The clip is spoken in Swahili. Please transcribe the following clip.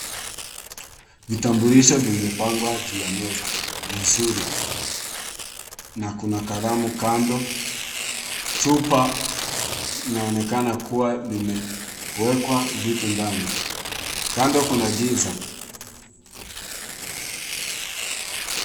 Vitambulisho vimepangwa juu ya meza vizuri na kuna kalamu kando, chupa inaonekana kuwa limewekwa vitu ndani. Kando kuna giza.